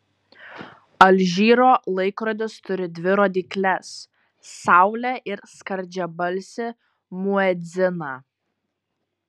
alžyro laikrodis turi dvi rodykles saulę ir skardžiabalsį muedziną